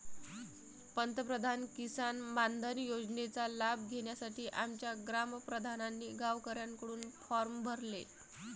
पंतप्रधान किसान मानधन योजनेचा लाभ घेण्यासाठी आमच्या ग्राम प्रधानांनी गावकऱ्यांकडून फॉर्म भरले